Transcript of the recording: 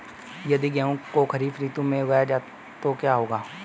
यदि गेहूँ को खरीफ ऋतु में उगाया जाए तो क्या होगा?